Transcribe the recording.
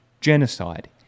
genocide